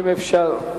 אם אפשר,